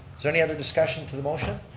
there any other discussion to the motion?